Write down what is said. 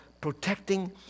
protecting